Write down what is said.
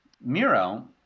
Miro